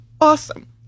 awesome